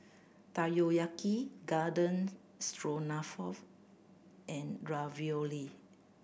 Takoyaki Garden Stroganoff and Ravioli